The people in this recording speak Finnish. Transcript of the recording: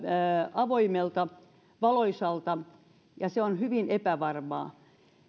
avoimelta valoisalta ja se on hyvin epävarmaa